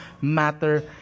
matter